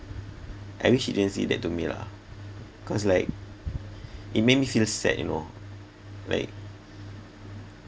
I wish he didn't say that to me lah cause like it make me feel sad you know like